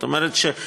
זאת אומרת,